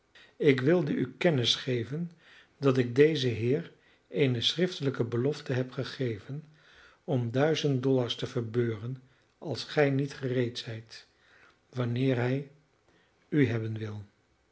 ik wilde u kennis geven dat ik dezen heer eene schriftelijke belofte heb gegeven om duizend dollars te verbeuren als gij niet gereed zijt wanneer hij u hebben wil